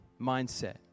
mindset